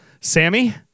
Sammy